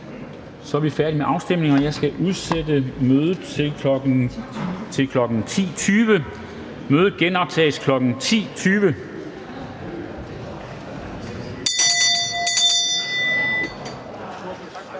Så er vi færdige med afstemningerne. Jeg skal udsætte mødet til kl. 10.20. Mødet genoptages kl. 10.20.